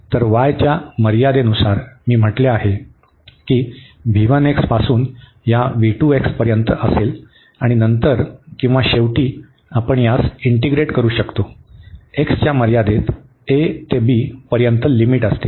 तर y च्या मर्यादेनुसार मी म्हटले आहे की पासून या पर्यंत असेल आणि नंतर किंवा शेवटी आपण यास इंटीग्रेट करू शकतो x च्या मर्यादेत a ते b पर्यंत लिमिट असतील